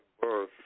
birth